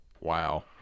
Wow